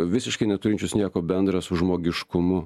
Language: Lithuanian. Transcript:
visiškai neturinčius nieko bendra su žmogiškumu